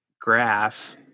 graph